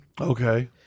Okay